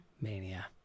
Mania